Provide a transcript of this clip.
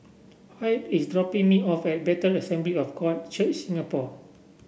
Hoyt is dropping me off at Bethel Assembly of God Church Singapore